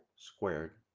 squared,